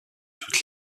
toute